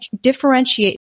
differentiate